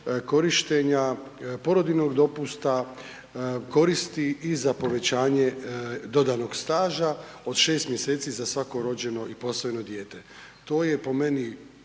korištenja porodiljnog dopusta koristi i za povećanje dodanog staža od 6 mjeseci za svako rođeno ili posvojeno dijete. To je po meni